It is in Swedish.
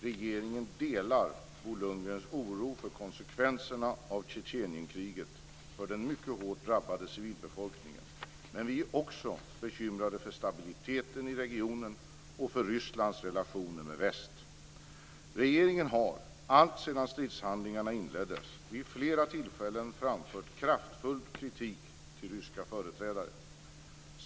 Regeringen delar Bo Lundgrens oro för konsekvenserna av Tjetjenienkriget för den mycket hårt drabbade civilbefolkningen, men vi är också bekymrade för stabiliteten i regionen och för Rysslands relationer med väst. Regeringen har, alltsedan stridshandlingarna inleddes, vid flera tillfällen framfört kraftfull kritik till ryska företrädare.